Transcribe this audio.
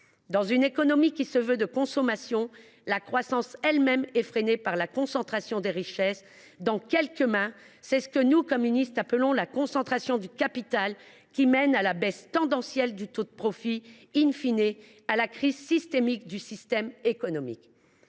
Dans une économie qui se veut de consommation, la croissance elle même est freinée par la concentration des richesses entre quelques mains : c’est ce que nous, communistes, appelons la concentration du capital, laquelle mène à la baisse tendancielle du taux de profit, à la crise systémique du système économique.